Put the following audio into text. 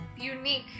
unique